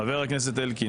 חבר הכנסת אלקין,